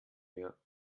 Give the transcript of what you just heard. wir